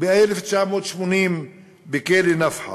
ב-1980 בכלא "נפחא",